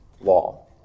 law